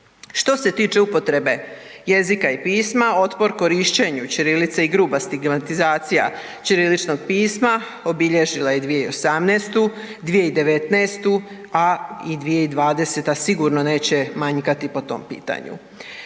Što se tiče upotrebe jezika i pisma, otpor korištenju ćirilice i gruba stigmatizacija ćiriličnog pisma, obilježila je 2018., 2019., a 2020. sigurno neće manjkati po tom pitanju.